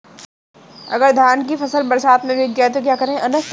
अगर धान की फसल बरसात में भीग जाए तो क्या करें?